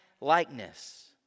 likeness